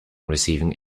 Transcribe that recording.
receiving